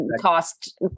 cost